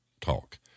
talk